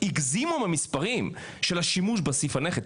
שהגזימו עם המספרים של השימוש בסעיף הנכד.